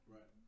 Right